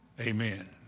Amen